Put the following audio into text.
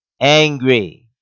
angry